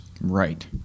right